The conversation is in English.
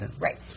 right